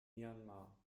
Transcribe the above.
myanmar